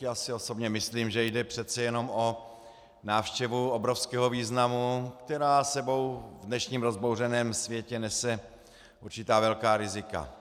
Já si osobně myslím, že jde přece jenom o návštěvu obrovského významu, která s sebou v dnešním rozbouřeném světě nese určitá velká rizika.